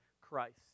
Christ